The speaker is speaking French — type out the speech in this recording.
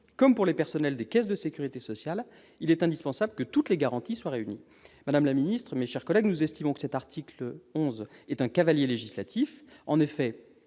comme pour les personnels des caisses de sécurité sociale, il est indispensable que toutes les garanties soient réunies. Madame la ministre, mes chers collègues, nous estimons que cet article 11 est un cavalier législatif. En effet,